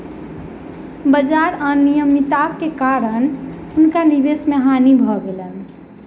बाजार अनियमित्ताक कारणेँ हुनका निवेश मे हानि भ गेलैन